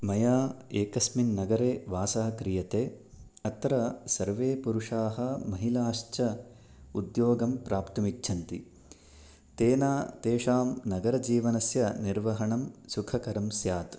मया एकस्मिन् नगरे वासः क्रियते अत्र सर्वे पुरुषाः महिलाश्च उद्योगं प्राप्तुम् इच्छन्ति तेन तेषां नगरजीवनस्य निर्वहणं सुखकरं स्यात्